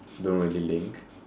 don't really link